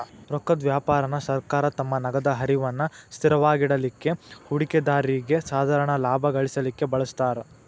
ರೊಕ್ಕದ್ ವ್ಯಾಪಾರಾನ ಸರ್ಕಾರ ತಮ್ಮ ನಗದ ಹರಿವನ್ನ ಸ್ಥಿರವಾಗಿಡಲಿಕ್ಕೆ, ಹೂಡಿಕೆದಾರ್ರಿಗೆ ಸಾಧಾರಣ ಲಾಭಾ ಗಳಿಸಲಿಕ್ಕೆ ಬಳಸ್ತಾರ್